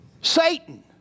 Satan